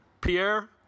Pierre